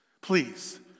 Please